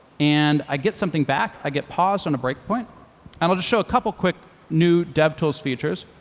and i get something back. i get paused on a break point. and i'll just show a couple of quick new devtools features.